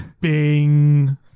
Bing